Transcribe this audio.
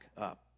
up